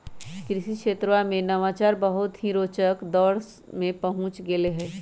कृषि क्षेत्रवा में नवाचार बहुत ही रोचक दौर में पहुंच गैले है